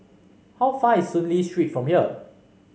how far is Soon Lee Street from here